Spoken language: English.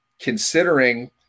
Considering